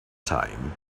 time